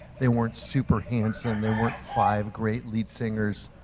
they weren't super handsome. they weren't five great lead singers.